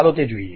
ચાલો તે જોઈએ